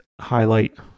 highlight